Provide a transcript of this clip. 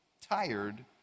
tired